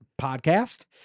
podcast